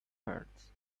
heart